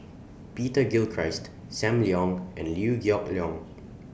Peter Gilchrist SAM Leong and Liew Geok Leong